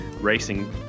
racing